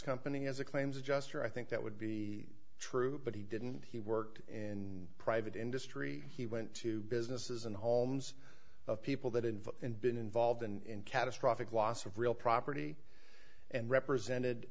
company as a claims adjustor i think that would be true but he didn't he worked in private industry he went to businesses and homes of people that involve and been involved in catastrophic loss of real property and represented